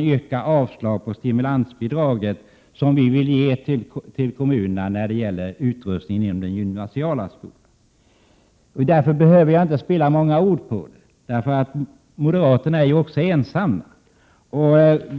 yrkar avslag på det stimulansbidrag som vi vill ge till kommunerna när det gäller utrustningen inom den gymnasiala skolan. Därför behöver jag inte spilla många ord på det — moderaterna är också ensamma.